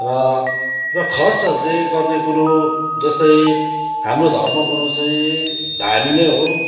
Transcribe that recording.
र र खसहरूले गर्ने कुरो जस्तै हाम्रो धर्मगुरु चाहिँ धामी नै हो